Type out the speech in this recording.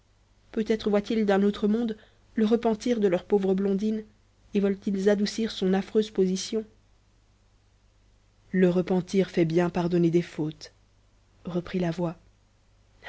peut-être voient-ils d'un autre monde le repentir de leur pauvre blondine et veulent-ils adoucir son affreuse position le repentir fait bien pardonner des fautes reprit la voix